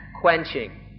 quenching